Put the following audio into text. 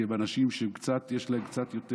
כי הם אנשים שיש להם קצת יותר,